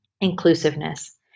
inclusiveness